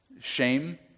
Shame